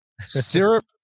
Syrup